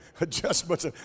adjustments